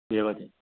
बेबादि